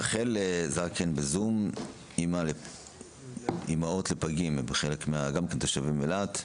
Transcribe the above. רחל זקן בזום, אימהות לפגים, גם תושבת אילת.